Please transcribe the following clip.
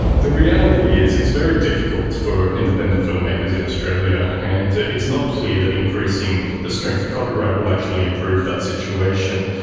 the reality is it's very difficult for independent filmmakers in australia, and it's not clear that increasing the strength of copyright will actually improve that situation.